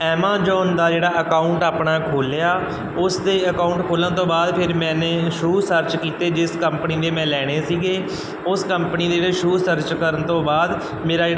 Amazon ਦਾ ਜਿਹੜਾ account ਆਪਣਾ ਖੋਲ੍ਹਿਆ ਉਸ ਦੇ ਅਕਾਊਂਟ ਖੋਲ੍ਹਣ ਤੋਂ ਬਾਅਦ ਫਿਰ ਮੈਨੇ ਸੂਅ ਸਰਚ ਕੀਤੇ ਜਿਸ ਕੰਪਨੀ ਦੇ ਮੈਂ ਲੈਣੇ ਸੀਗੇ ਉਸ ਕੰਪਨੀ ਦੇ ਜਿਹੜੇ ਸ਼ੂਅ ਸਰਚ ਕਰਨ ਤੋਂ ਬਾਅਦ ਮੇਰਾ ਜਿਹੜਾ